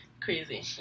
Crazy